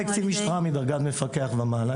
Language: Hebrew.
על ידי קצין משטרה בדרגת מפקח ומעלה,